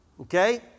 Okay